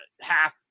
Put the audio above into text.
half